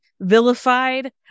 vilified